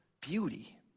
beauty